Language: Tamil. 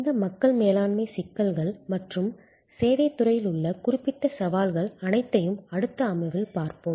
இந்த மக்கள் மேலாண்மை சிக்கல்கள் மற்றும் சேவைத் துறையில் உள்ள குறிப்பிட்ட சவால்கள் அனைத்தையும் அடுத்த அமர்வில் பார்ப்போம்